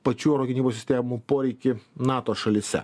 pačių oro gynybos sistemų poreikį nato šalyse